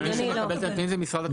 מי שמקבל את הנתונים זה משרד התחבורה.